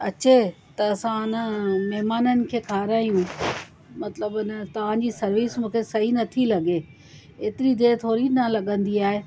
अचे त असां हुन महिमाननि खे खारायूं मतलबु हुन तव्हांजी सर्विस मूंखे सही नथी लॻे एतिरी देरि थोरी न लॻंदी आहे